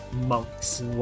monks